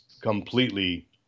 completely